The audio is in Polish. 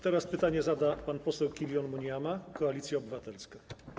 Teraz pytanie zada pan poseł Killion Munyama, Koalicja Obywatelska.